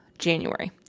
January